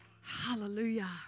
Hallelujah